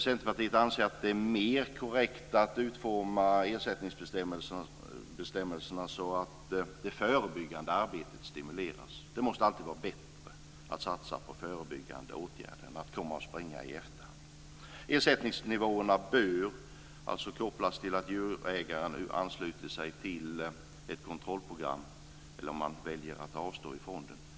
Centerpartiet anser att det är mer korrekt att utforma ersättningsbestämmelserna så att det förebyggande arbetet stimuleras. Det måste alltid vara bättre att satsa på förebyggande åtgärder än att komma springande i efterhand. Ersättningsnivåerna bör alltså kopplas till att djurägare ansluter sig till ett kontrollprogram eller väljer att avstå från det.